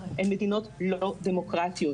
הן מדינות לא דמוקרטיות,